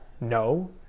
No